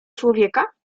człowieka